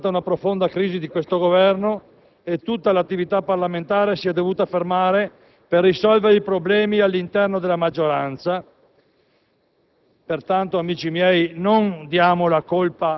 Se non ricordo male, nel frattempo vi è stata una profonda crisi di questo Governo e tutta l'attività parlamentare si è dovuta fermare per risolvere i problemi all'interno della maggioranza.